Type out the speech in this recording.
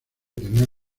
tenían